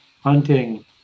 hunting